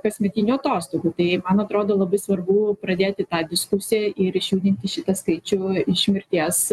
kasmetinių atostogų tai man atrodo labai svarbu pradėti tą diskusiją ir išjudinti šitą skaičių iš mirties